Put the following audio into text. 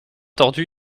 tordues